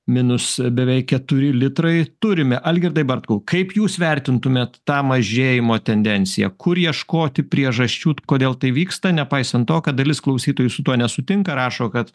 minus beveik keturi litrai turime algirdai bartkau kaip jūs vertintumėt tą mažėjimo tendenciją kur ieškoti priežasčių kodėl tai vyksta nepaisant to kad dalis klausytojų su tuo nesutinka rašo kad